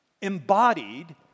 embodied